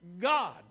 God